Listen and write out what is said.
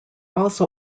also